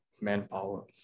manpower